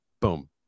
boom